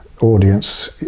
audience